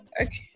Okay